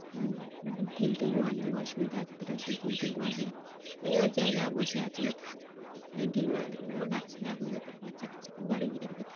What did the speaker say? ঢিল টিল মারলে ও অসুবিধা আছে তোরা ওসব ঢিল টিল মারবি না ও ওর জায়গায় বসে আছে ও থাক ওদের ঢিল মারার দরকার নেই ও ডাকছে ডাকুক তোরা বাচ্চা কাচ্চা নিয়ে ঘরের ভিতরে থাক